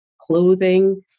clothing